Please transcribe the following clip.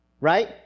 right